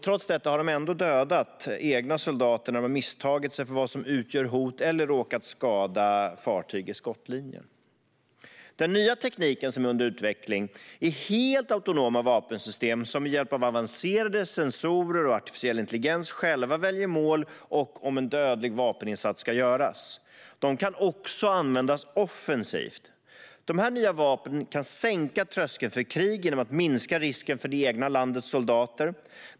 Trots detta har de dödat egna soldater när de misstagit sig för vad som utgör hot eller råkat skada fartyg i skottlinjen. Den nya tekniken, som är under utveckling, är helt autonoma vapensystem som med hjälp av avancerade sensorer och artificiell intelligens själva väljer mål och om en dödlig vapeninsats ska göras. De kan också användas offensivt. Dessa nya vapen kan sänka tröskeln för krig genom att minska risken för det egna landets soldater.